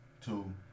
two